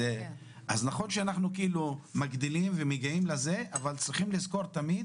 נכון שאנחנו מגדילים ומגיעים לסכום הזה אבל תמיד